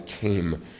came